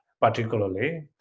particularly